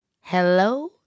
hello